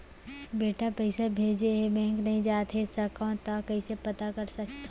बेटा पइसा भेजे हे, बैंक नई जाथे सकंव त कइसे पता कर सकथव?